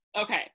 okay